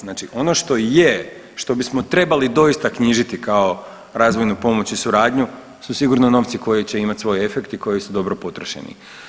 Znači ono što je što bismo doista trebali knjižiti kao razvojnu pomoć i suradnju su sigurno novci koji će imati svoj efekt i koji su dobro potrošeni.